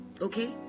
Okay